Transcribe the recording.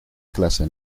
clase